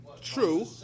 true